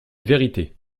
vérité